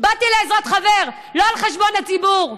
באתי לעזרת חבר, לא על חשבון הציבור.